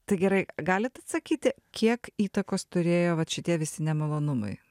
tai gerai galit atsakyti kiek įtakos turėjo vat šitie visi nemalonumai